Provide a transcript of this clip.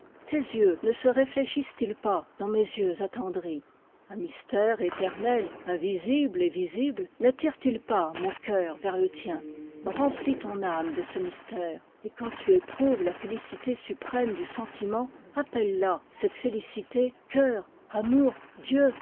tes yeux ne se rénéchissent i s pas dans mes yeux attenxdris un mystère éternel invisible et visible nattire t il pas mon coeur vers le tien remplis ton âme de ce mystère et quand tu éprouves la félicité suprême du sentiment appelle la cette félicité coeur amour dieu